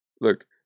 Look